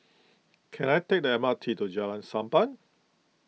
can I take the M R T to Jalan Sappan